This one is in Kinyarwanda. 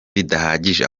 bidahagije